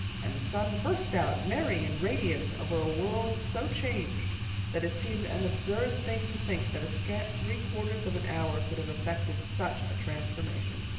and the sun burst out merry and radiant over a world so changed that it seemed an absurd thing to think that a scant three quarters of an hour could have effected such a transformation.